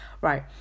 right